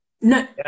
No